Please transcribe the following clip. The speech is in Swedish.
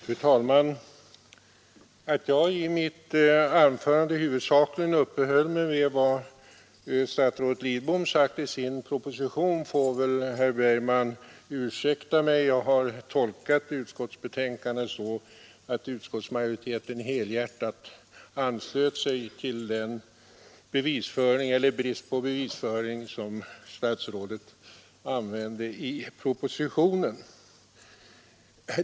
Fru talman! Att jag i mitt anförande huvudsakligen uppehöll mig vid vad statsrådet Lidbom sagt i sin proposition får väl herr Bergman ursäkta mig. Jag har tolkat utskottets betänkande så att utskottsmajoriteten helhjärtat ansluter sig till den bevisföring eller brist på bevisföring som statsrådet använde i propositionen.